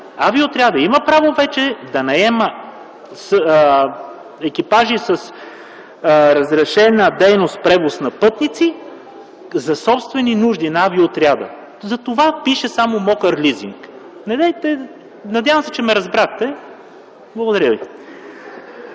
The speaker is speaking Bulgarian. вече има право да наема екипажи с разрешена дейност „превоз на пътници” за собствени нужди на авиоотряда. Затова пише само „мокър лизинг”. Надявам се, че ме разбрахте. Благодаря ви.